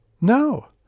No